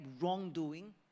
wrongdoing